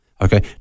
okay